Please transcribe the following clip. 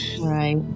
Right